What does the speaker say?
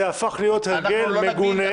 זה הפך להיות הרגל מגונה.